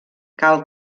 cal